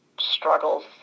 struggles